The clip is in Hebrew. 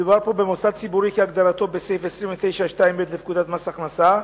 מדובר פה במוסד ציבורי כהגדרתו בסעיף 9(2)(ב) לפקודת מס הכנסה,